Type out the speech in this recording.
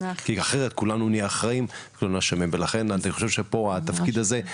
כי אחרת כולנו נהיה אחראיים ולכן אני חושב שפה התפקיד הזה,